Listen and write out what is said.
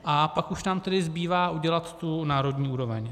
A pak už nám tedy zbývá udělat tu národní úroveň.